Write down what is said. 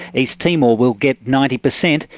east timor will get ninety percent,